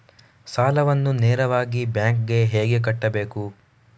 ಸಾಲವನ್ನು ನೇರವಾಗಿ ಬ್ಯಾಂಕ್ ಗೆ ಹೇಗೆ ಕಟ್ಟಬೇಕು?